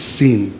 sin